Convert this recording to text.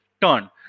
turn